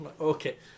Okay